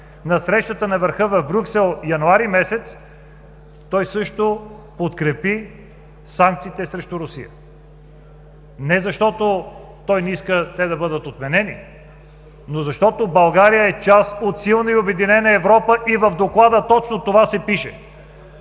на срещата на върха в Брюксел през месец януари, той също подкрепи санкциите срещу Русия и не защото той не иска те да бъдат отменени, но защото България е част от силна и обединена Европа и в Доклада точно това пише.